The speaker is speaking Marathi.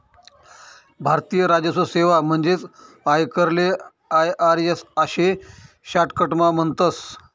भारतीय राजस्व सेवा म्हणजेच आयकरले आय.आर.एस आशे शाटकटमा म्हणतस